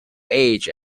age